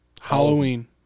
Halloween